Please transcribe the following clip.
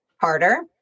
harder